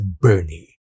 Bernie